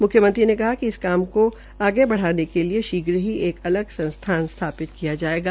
मुख्यमंत्री ने कहा कि इस काम को आगे बढ़ाने के लिए शीघ्र ही एक अलग संस्था भी संथपित की जायेगी